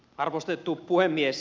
arvostettu puhemies